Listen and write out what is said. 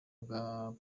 bwa